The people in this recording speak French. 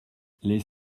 les